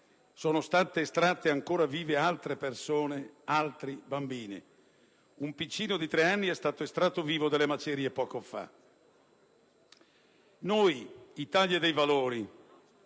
sono state estratte ancora vive altre persone, altri bambini. Un piccino di tre anni è stato estratto vivo dalle macerie poco fa. Noi dell'Italia dei Valori,